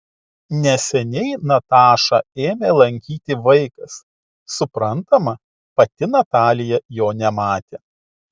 neseniai natašą ėmė lankyti vaikas suprantama pati natalija jo nematė